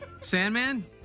Sandman